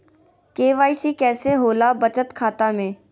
KYC कैसे होला बचत खाता में?